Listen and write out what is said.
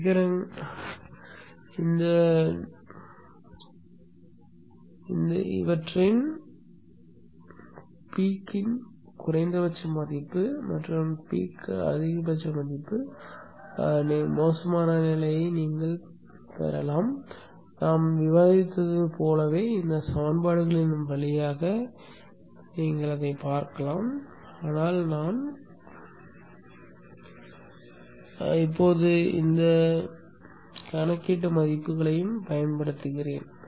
சிகரங்களின் குறைந்தபட்ச மதிப்பு மற்றும் சிகரங்களின் அதிகபட்ச மதிப்பு மோசமான நிலையை நீங்கள் பெறலாம் நாம் விவாதித்ததைப் போலவே இந்த சமன்பாடுகளின் வழியாக செல்லலாம் ஆனால் நான் இப்போது சிக்கல் மதிப்புகளையும் பயன்படுத்துகிறேன்